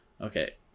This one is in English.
Okay